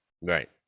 right